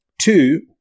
Two